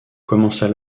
commencent